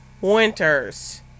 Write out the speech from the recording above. winters